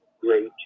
great